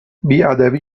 بیادبی